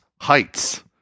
heights